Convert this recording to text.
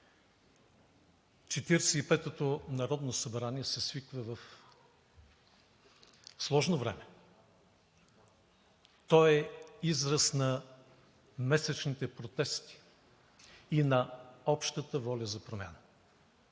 петото народно събрание се свиква в сложно време. То е израз на месечните протести и на общата воля за промяна.